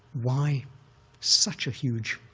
why such a huge,